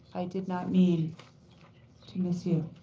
i did not mean to miss you.